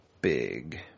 big